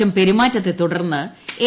മോശം പെരുമാറ്റത്തെ തുടർന്ന് എ